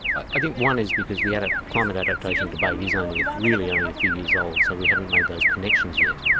i think one is because the ah climate adaptation debate is only, really only a few years old, so we haven't made those connections yet.